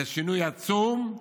זה שינוי עצום.